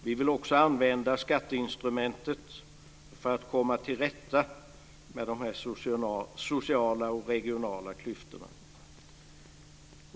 Vi vill också använda skatteinstrumentet för att komma till rätta med de sociala och regionala klyftorna.